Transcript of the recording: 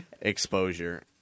exposure